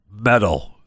metal